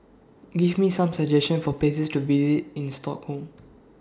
Give Me Some suggestions For Places to visit in Stockholm